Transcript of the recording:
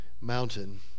mountain